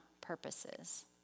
purposes